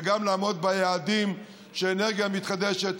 וגם לעמוד ביעדים של אנרגיה מתחדשת,